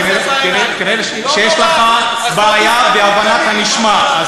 פשוט כנראה יש לך בעיה בהבנת הנשמע.